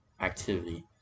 activity